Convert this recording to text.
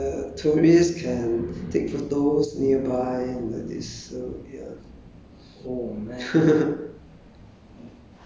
is that they drug the tigers so that the tourists can take photos nearby and then they so ya